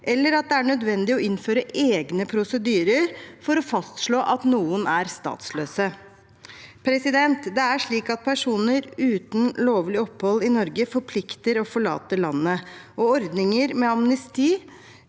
eller at det er nødvendig å innføre egne prosedyrer for å fastslå at noen er statsløse. Det er slik at personer uten lovlig opphold i Norge plikter å forlate landet. Ordninger med amnesti